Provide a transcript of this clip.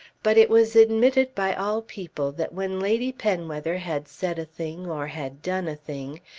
but it was admitted by all people that when lady penwether had said a thing or had done a thing,